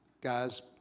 guys